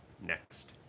Next